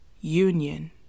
union